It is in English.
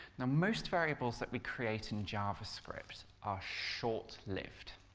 now, most variables that we create in javascript are short-lived.